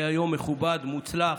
היה היום מכובד ומוצלח,